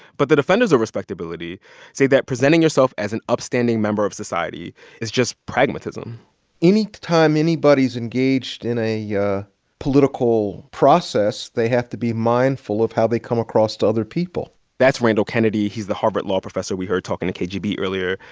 but the defenders of respectability say that presenting yourself as an upstanding member of society is just pragmatism any time anybody's engaged in a yeah political process, they have to be mindful of how they come across to other people that's randall kennedy. he's the harvard law professor we heard talking to kgb earlier.